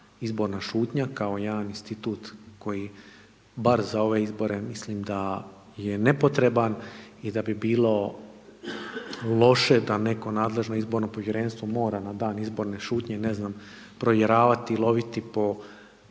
izborna šutnja kao jedan institut koji bar za ove izbore, mislim da je nepotreban i da bi bilo loše da neko nadležno izborno povjerenstvo mora na dan izborne šutnje, ne znam, provjeravati, loviti po